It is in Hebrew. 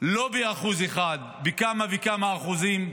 לא באחוז אחד, בכמה וכמה אחוזים,